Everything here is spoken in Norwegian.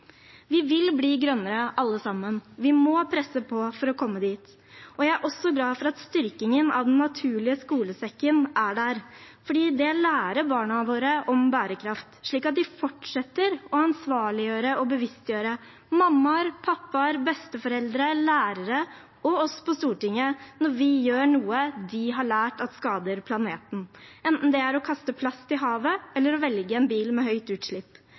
Vi vil bli grønnere alle sammen. Vi må presse på for å komme dit. Jeg er også glad for styrkingen av Den naturlige skolesekken, fordi den lærer barna våre om bærekraft, slik at de fortsetter å ansvarliggjøre og bevisstgjøre mammaer, pappaer, besteforeldre, lærere og oss på Stortinget når vi gjør noe de har lært skader planeten, enten det er å kaste plast i havet eller å velge en bil med høyt utslipp.